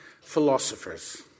philosophers